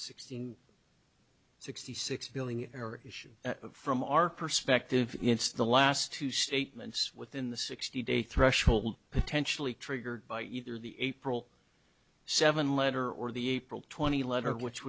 sixty sixty six billing error issue from our perspective inst the last two statements within the sixty day threshold potentially triggered by either the april seven letter or the april twentieth letter which